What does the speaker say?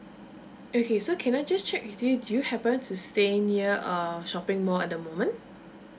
okay so can I just check with you do you happen to stay near uh shopping mall at the moment